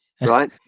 right